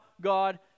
God